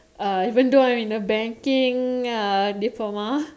uh even though I'm in the banking diploma